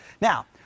Now